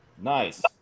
Nice